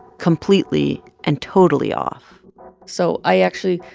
completely and totally off so i, actually,